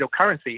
cryptocurrency